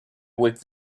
with